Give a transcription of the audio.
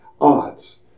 odds